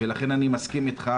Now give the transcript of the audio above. ולכן אני מסכים איתך,